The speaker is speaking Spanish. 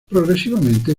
progresivamente